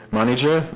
manager